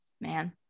Man